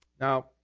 Now